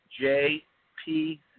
J-P